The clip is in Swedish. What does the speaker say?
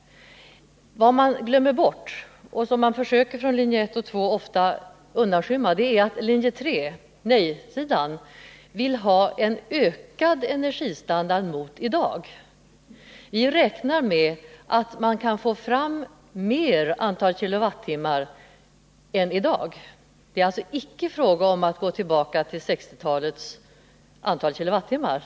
Vad man glömmer bort och vad företrädarna för linje 1 och 2 ofta försöker undanskymma är att linje 3, nej-sidan, vill ha en ökad energistandard jämfört med i dag. Vi räknar med att man kan få fram större antal kilowattimmar än i dag. Det är alltså icke fråga om att gå tillbaka till 1960-talets antal KWh.